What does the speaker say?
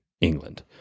England